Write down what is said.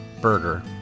burger